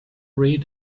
read